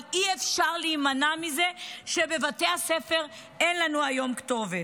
אבל אי-אפשר להימנע מזה שבבתי הספר אין לנו היום כתובת.